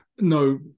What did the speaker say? No